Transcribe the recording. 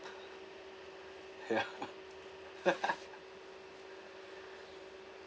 ya